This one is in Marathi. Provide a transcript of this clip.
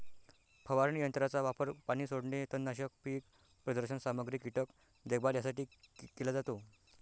फवारणी यंत्राचा वापर पाणी सोडणे, तणनाशक, पीक प्रदर्शन सामग्री, कीटक देखभाल यासाठी केला जातो